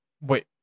wait